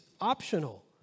optional